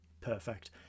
perfect